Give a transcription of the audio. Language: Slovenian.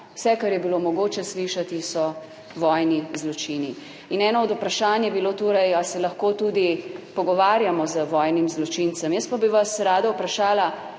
vse, kar je bilo mogoče slišati, so vojni zločini. In eno od vprašanj je bilo torej ali se lahko tudi pogovarjamo z vojnim zločincem, jaz pa bi vas rada vprašala